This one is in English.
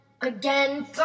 again